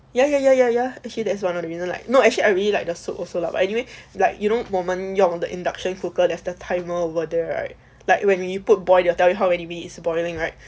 ya ya ya ya ya actually that's one of the reason like no actually I really like the soup also lah but anyway like you know 我们用的 induction cooker there's a timer over there right like when when you put boil they'll tell you how many minutes you're boiling right